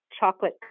chocolate